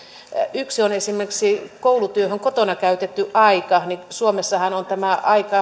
yksi on esimerkiksi koulutyöhön kotona käytetty aika suomessahan on tämä aika